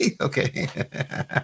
Okay